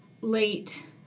late